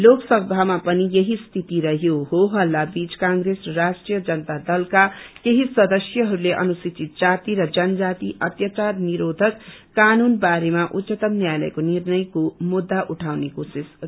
लोकसभामा पनि यहि स्थिति रहयो हो हल्ला बीच कांग्रेस र राष्ट्रीय जनता दलका केही सदस्यहरूले अनुसूचित जाति र जनजाति अत्याचार निरोधक कानून बारेमा उच्चतम न्यायालयको निर्णयको मुद्धा उठाउने कोशिश गर्नुभयो